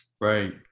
Right